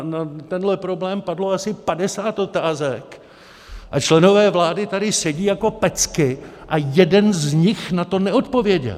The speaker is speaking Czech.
na tenhle problém padlo asi padesát otázek, a členové vlády tady sedí jako pecky a jeden z nich na to neodpověděl!